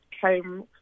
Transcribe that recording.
came